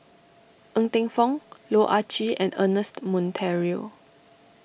Ng Teng Fong Loh Ah Chee and Ernest Monteiro